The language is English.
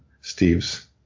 Steve's